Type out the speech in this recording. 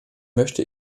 möchte